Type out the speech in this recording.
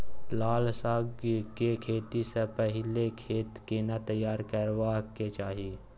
लाल साग के खेती स पहिले खेत केना तैयार करबा के चाही?